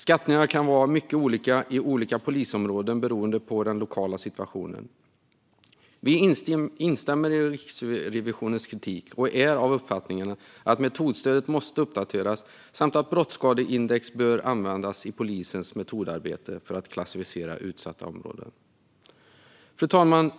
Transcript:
Skattningarna kan vara mycket olika i olika polisområden, beroende på den lokala situationen. Vi instämmer i Riksrevisionens kritik och är av uppfattningen att metodstödet måste uppdateras samt att ett brottsskadeindex bör användas i polisens metodarbete när det gäller att klassificera utsatta områden. Fru talman!